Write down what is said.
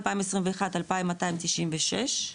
2021 2,296,